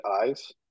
eyes